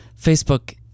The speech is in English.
Facebook